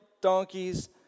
donkeys